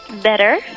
Better